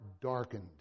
darkened